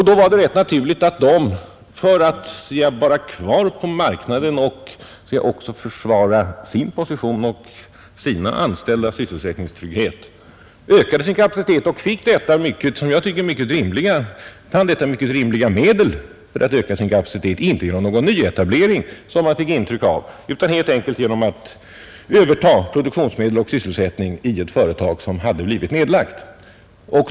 Då var det rätt naturligt att det för att vara kvar på marknaden och så att säga försvara sin position och sina anställdas sysselsättningstrygghet gick den som jag tyckte mycket rimliga vägen för att öka sin kapacitet — inte genom någon nyetablering, såsom man fick intryck av — att helt enkelt överta produktionsmedel och arbetskraft i ett företag som hade blivit nedlagt.